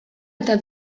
eta